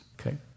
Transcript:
Okay